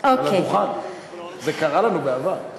אז